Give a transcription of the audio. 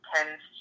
tends